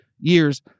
years